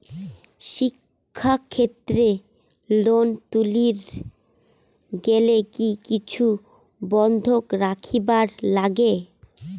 শিক্ষাক্ষেত্রে লোন তুলির গেলে কি কিছু বন্ধক রাখিবার লাগে?